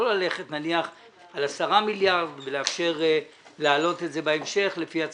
לא ללכת נניח על 10 מיליארד ולאפשר להעלות את זה בהמשך לפי הצרכים,